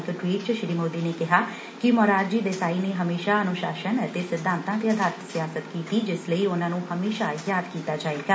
ਇਕ ਟਵੀਟ ਚ ਸ੍ਰੀ ਮੌਦੀ ਨੇ ਕਿਹਾ ਕਿ ਮੁਰਾਰ ਜੀ ਦੇਸਾਈ ਨੇ ਹਮੇਸ਼ਾ ਅਨੁਸ਼ਾਸਨ ਅਤੇ ਸਿਧਾਂਤਾਂ ਤੇ ਆਧਾਰਿਤ ਸਿਆਸਤ ਕੀਤੀ ਜਿਸ ਲਈ ਉਨੁਾਂ ਨੂੰ ਹਮੇਸ਼ਾ ਯਾਦ ਕੀਤਾ ਜਾਏਗਾ